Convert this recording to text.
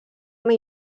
una